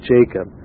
Jacob